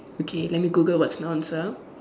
okay let me Google what's nouns ah